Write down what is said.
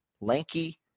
lanky